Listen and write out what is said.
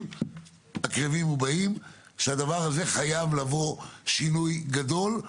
הקרבים הבאים שהדבר הזה חייב לעבור שינוי גדול?